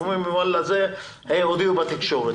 חלקן עבור התקשורת.